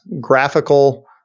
graphical